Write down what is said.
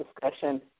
discussion